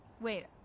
Wait